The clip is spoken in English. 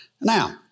now